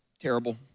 terrible